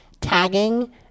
tagging